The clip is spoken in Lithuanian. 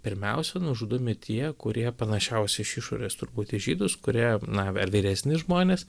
pirmiausia nužudomi tie kurie panašiausi iš išorės turbūt į žydus kurie na ar vyresni žmonės